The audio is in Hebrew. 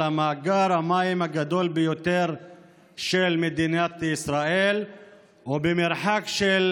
על מאגר המים הגדול ביותר של מדינת ישראל ובמרחק של